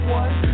one